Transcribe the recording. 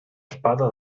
spada